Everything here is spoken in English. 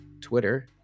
Twitter